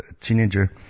teenager